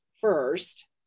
first